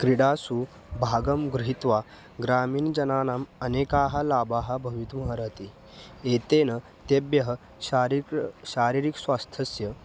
क्रीडासु भागं गृहीत्वा ग्रामीण जनानाम् अनेकाः लाभाः भवितुम् अर्हन्ति एतेन तेभ्यः शारीकृ शारीरिकस्वास्थ्यस्य